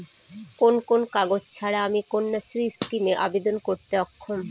কোন কোন কাগজ ছাড়া আমি কন্যাশ্রী স্কিমে আবেদন করতে অক্ষম?